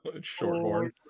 Shorthorn